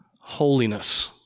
holiness